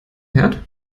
herd